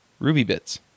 rubybits